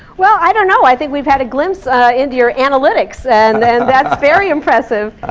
well, i don't know. i think we've had a glimpse into your analytics. and and that's very impressive.